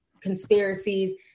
conspiracies